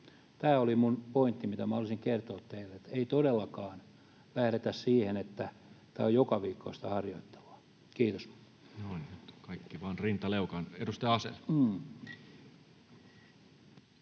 Tämä oli minun pointtini, mitä minä halusin kertoa teille, että ei todellakaan lähdetä siihen, että tämä on jokaviikkoista harjoittelua. — Kiitos. Noin, nyt kaikki vaan rinta leukaan. — Edustaja Asell.